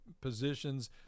positions